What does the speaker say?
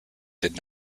did